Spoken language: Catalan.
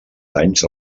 danys